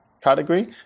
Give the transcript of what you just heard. category